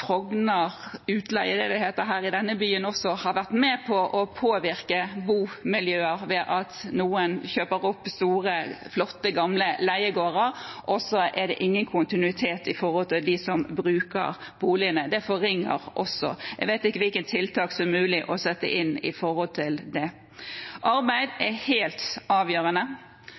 Frogner House – er det vel det heter her i denne byen – også har vært med på å påvirke bomiljøer ved at noen kjøper opp store, flotte, gamle leiegårder, og så er det ingen kontinuitet i hvem som bruker boligene. Det forringer også. Jeg vet ikke hvilke tiltak det er mulig å sette inn mot det. Arbeid er helt avgjørende,